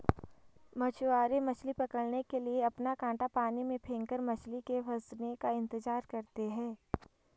मछुआरे मछली पकड़ने के लिए अपना कांटा पानी में फेंककर मछली के फंसने का इंतजार करते है